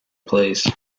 police